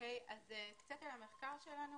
קצת על המחקר שלנו.